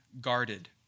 guarded